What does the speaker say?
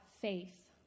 faith